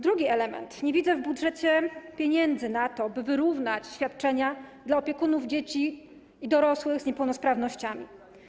Drugi element: nie widzę w budżecie pieniędzy na to, by wyrównać świadczenia dla opiekunów dzieci i dorosłych z niepełnosprawnościami.